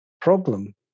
problem